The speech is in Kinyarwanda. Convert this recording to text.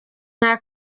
nta